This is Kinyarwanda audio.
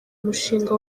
mushinga